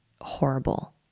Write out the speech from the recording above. horrible